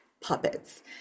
puppets